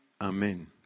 Amen